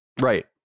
Right